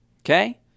Okay